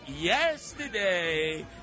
yesterday